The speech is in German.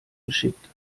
geschickt